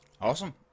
Awesome